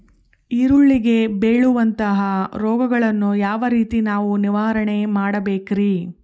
ಈರುಳ್ಳಿಗೆ ಬೇಳುವಂತಹ ರೋಗಗಳನ್ನು ಯಾವ ರೇತಿ ನಾವು ನಿವಾರಣೆ ಮಾಡಬೇಕ್ರಿ?